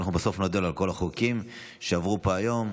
בסוף נודה לו על כל החוקים שעברו פה היום.